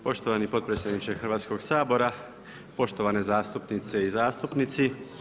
Poštovani potpredsjedniče Hrvatskoga sabora, poštovane zastupnice i zastupnici.